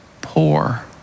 poor